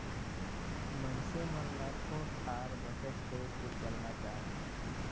मइनसे मन ल थोर थार बचत कइर के चलना चाही